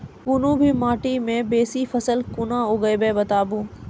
कूनू भी माटि मे बेसी फसल कूना उगैबै, बताबू?